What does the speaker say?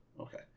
Okay